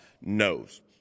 knows